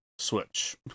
switch